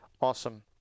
Awesome